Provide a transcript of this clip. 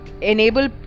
enable